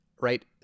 right